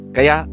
Kaya